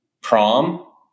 prom